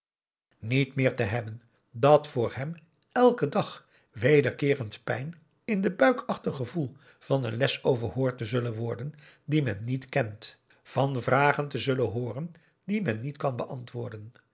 niet meer te hebben dat voor hem èlken dag wederkeerend pijn in den buikachtig gevoel van een les overhoord te zullen worden die men niet kent van vragen te zullen hooren die men niet kan beantwoorden